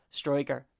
striker